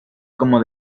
como